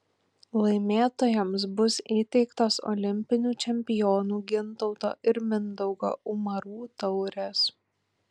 laimėtojams bus įteiktos olimpinių čempionų gintauto ir mindaugo umarų taurės